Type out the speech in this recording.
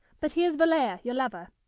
but here's valere, your lover.